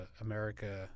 America